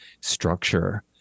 structure